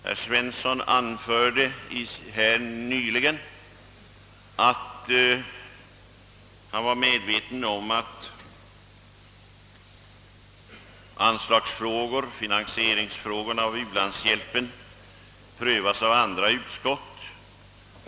Herr Svensson i Kungälv anförde nyss att han var medveten om att anslagsfrågor, finansieringsfrågor och frågan om u-landshjälpen prövas av andra utskott.